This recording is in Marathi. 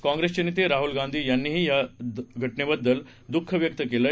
कांप्रेसचे नेते राहुल गांधी यांनीही या दूर्घटनेबद्दल दूःख व्यक्त केलंय